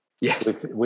Yes